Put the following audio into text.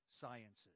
sciences